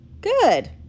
Good